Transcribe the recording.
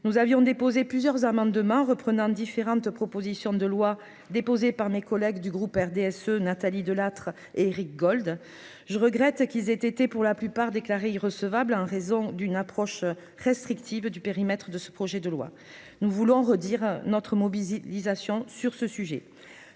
nous avions déposé plusieurs amendements reprenant différentes propositions de loi déposées par mes collègues du groupe RDSE Nathalie Delattre : Éric Gold je regrette qu'ils aient été pour la plupart déclarée irrecevable en raison d'une approche restrictive du périmètre de ce projet de loi nous voulons redire notre mobilisation sur ce sujet,